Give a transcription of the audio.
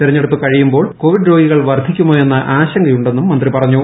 തെരഞ്ഞെടുപ്പ് കഴിയുമ്പോൾ കോവിഡ് രോഗികൾ വർദ്ധിക്കുമോ എന്ന് ആശങ്കയുണ്ടെന്നും മന്ത്രി പറഞ്ഞു